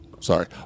Sorry